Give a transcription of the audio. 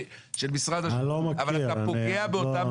אבל אתה פוגע באותם